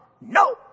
No